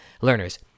learners